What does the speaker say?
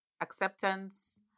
acceptance